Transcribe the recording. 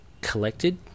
collected